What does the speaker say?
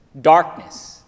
Darkness